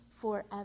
forever